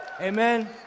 Amen